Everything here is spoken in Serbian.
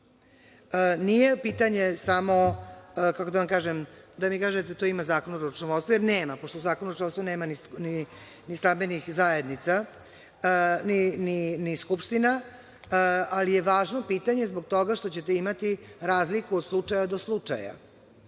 radi? Nije pitanje samo, kako da vam kažem, da mi kažete – to ima u Zakonu o računovodstvu, jer nema, pošto u Zakonu o računovodstvu nema ni stambenih zajednica, ni skupština, ali je važno pitanje zbog toga što ćete imati razliku od slučaja do slučaja